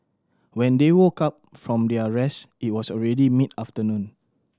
when they woke up from their rest it was already mid afternoon